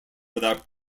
without